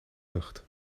lucht